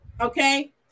okay